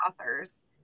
authors